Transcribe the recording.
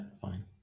fine